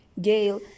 Gail